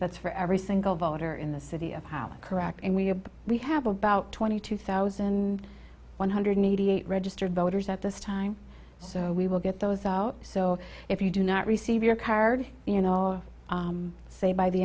that's for every single voter in the city of power correct and we have we have about twenty two thousand one hundred eighty eight registered voters at this time so we will get those out so if you do not receive your card you know or say by the